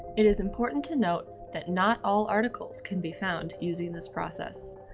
it is important to note that not all articles can be found using this process.